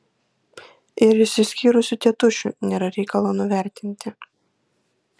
ir išsiskyrusių tėtušių nėra reikalo nuvertinti